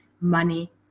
money